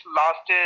last